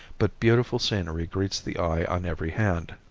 but beautiful scenery greets the eye on every hand.